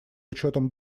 учетом